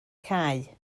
cae